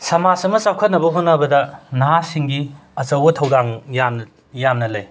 ꯁꯃꯥꯖ ꯑꯃ ꯆꯥꯎꯈꯠꯅꯕ ꯍꯣꯠꯅꯕꯗ ꯅꯍꯥꯁꯤꯡꯒꯤ ꯑꯆꯧꯕ ꯊꯧꯗꯥꯡ ꯌꯥꯝꯅ ꯌꯥꯝꯅ ꯂꯩ